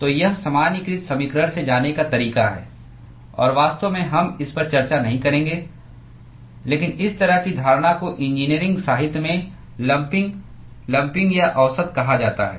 तो यह सामान्यीकृत समीकरण से जाने का तरीका है और वास्तव में हम इस पर चर्चा नहीं करेंगे लेकिन इस तरह की धारणा को इंजीनियरिंग साहित्य में लंपिंग लंपिंग या औसत कहा जाता है